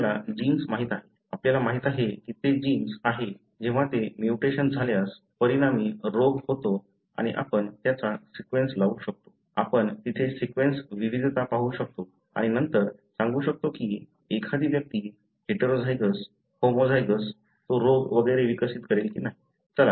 आपल्याला जीन्स माहित आहे आपल्याला माहिती आहे की ते जीन्स आहे जेव्हा ते म्युटेशन झाल्यास परिणामी रोग होतो आणि आपण त्याचा सीक्वेन्स लावू शकतो आपण तिथे सीक्वेन्स विविधता पाहू शकतो आणि नंतर सांगू शकतो की एखादि व्यक्ती हेटेरोझायगस होमोझायगोस तो रोग वगैरे विकसित करेल की नाही